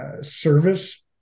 service